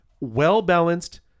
well-balanced